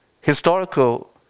historical